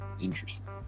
Interesting